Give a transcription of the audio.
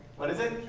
what is it?